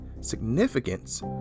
significance